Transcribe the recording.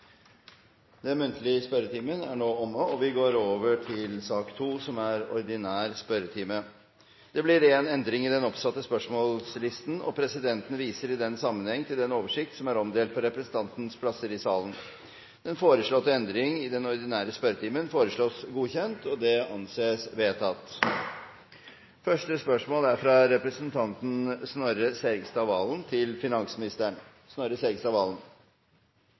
Den muntlige spørretimen er nå omme, og vi går over til den ordinære spørretimen. Det blir én endring i den oppsatte spørsmålslisten, og presidenten viser i den sammenheng til den oversikten som er omdelt på representantenes plasser. Den foreslåtte endringen i den ordinære spørretimen foreslås godkjent. – Det anses vedtatt. Endringen var som følger: Spørsmål 2, fra representanten Stein Erik Lauvås til